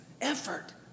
effort